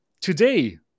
today